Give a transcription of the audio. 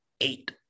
eight